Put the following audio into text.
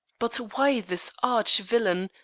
but why this arch villain,